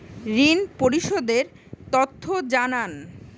ঋন পরিশোধ এর তথ্য জানান